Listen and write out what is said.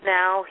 now